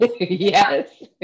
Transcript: Yes